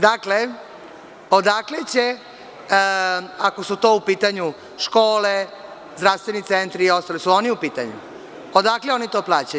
Dakle, odakle će, ako su to u pitanju škole, zdravstveni centri i ostali, da li su oni u pitanju, odakle oni to plaćaju?